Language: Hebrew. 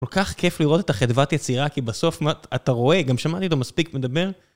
כל כך כיף לראות את החדוות יצירה, כי בסוף אתה רואה, גם שמעתי אותו מספיק מדבר.